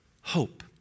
hope